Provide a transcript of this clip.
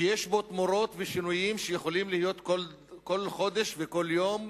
שיש בו תמורות ושינויים שיכולים להיות כל חודש וכל יום,